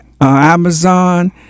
Amazon